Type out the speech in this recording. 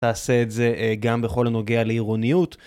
תעשה את זה גם בכל הנוגע לעירוניות.